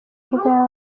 bwabo